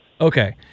Okay